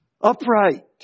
upright